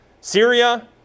Syria